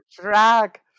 drag